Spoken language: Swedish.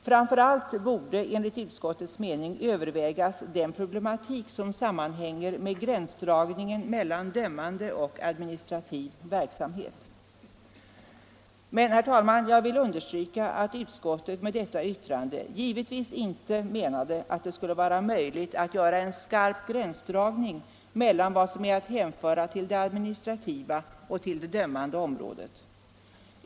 Framför allt borde enligt utskottets mening övervägas den problematik som sammanhänger med gränsdragningen mellan dömande och administrativ verksamhet. Men, herr talman, jag vill understryka att utskottet med detta yttrande givetvis inte menade att det skulle vara möjligt att göra en skarp gränsdragning mellan vad som är att hänföra till det administrativa och till det dömande området.